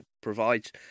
provides